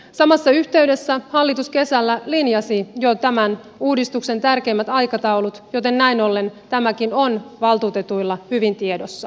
samassa yhteydessä hallitus kesällä linjasi jo tämän uudistuksen tärkeimmät aikataulut joten näin ollen tämäkin on valtuutetuilla hyvin tiedossaan